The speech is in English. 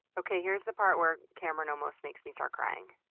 okay, here's the part where cameron almost makes me start crying.